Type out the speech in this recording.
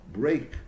break